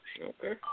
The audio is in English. Okay